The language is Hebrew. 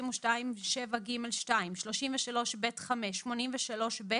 32(7)(ג)(2), 33(ב)(5), 83(ב)